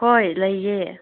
ꯍꯣꯏ ꯂꯩꯌꯦ